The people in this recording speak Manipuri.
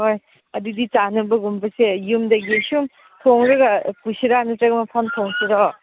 ꯍꯣꯏ ꯑꯗꯨꯗꯤ ꯆꯥꯅꯕꯒꯨꯝꯕꯁꯦ ꯌꯨꯝꯗꯒꯤ ꯁꯨꯝ ꯊꯣꯡꯂꯒ ꯄꯨꯁꯤꯔꯥ ꯅꯠꯇ꯭ꯔꯒ ꯃꯐꯝꯗ ꯊꯣꯡꯁꯤꯔꯣ